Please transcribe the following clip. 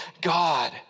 God